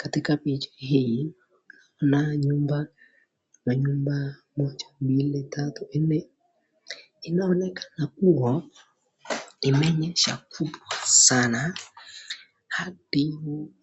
Katika picha hii tunaona nyumba moja, mbili, tatu, nne. Inaonekana kua imenyesha kubwa sana hadi